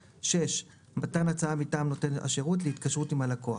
(6) מתן הצעה מטעם נותן השירות להתקשרות עם הלקוח.